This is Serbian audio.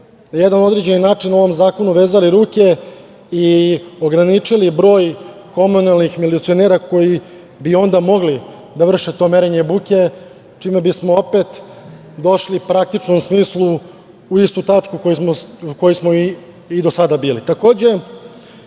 na jedan određen način ovom zakonu vezali ruke i ograničili broj komunalnih milicionera koji bi onda mogli da vrše to merenje buke, čime bismo opet došli praktično u smislu u istu tačku na kojoj smo i do sada bili. Hoću